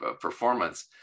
performance